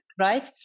right